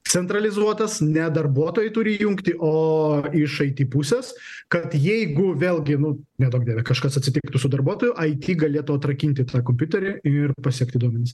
centralizuotas ne darbuotojai turi įjungti o iš it pusės kad jeigu vėlgi nu neduok dieve kažkas atsitiktų su darbuotoju it galėtų atrakinti tą kompiuterį ir pasiekti duomenis